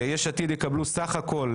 יש עתיד יקבלו סך הכול,